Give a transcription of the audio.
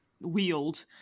Wield